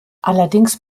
allerdings